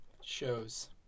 shows